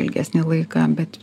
ilgesnį laiką bet